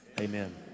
Amen